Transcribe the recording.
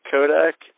Kodak